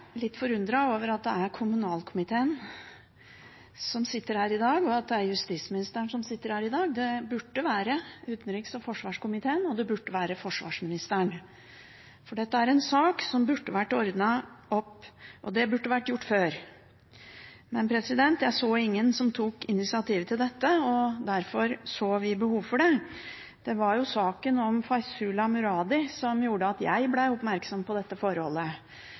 litt forundret over at det er kommunal- og forvaltningskomiteen som sitter her i dag, og at det er justisministeren som sitter her i dag. Det burde være utenriks- og forsvarskomiteen, og det burde være forsvarsministeren. Dette er en sak som det burde vært ordnet opp i, og det burde vært gjort før, men jeg så ingen som tok initiativ til dette, og derfor så vi behov for det. Det var saken om Faizullah Muradi som gjorde at jeg ble oppmerksom på dette forholdet,